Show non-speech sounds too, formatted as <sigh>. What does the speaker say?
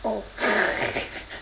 oh <laughs>